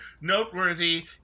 noteworthy